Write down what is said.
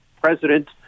president